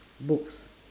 books